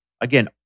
Again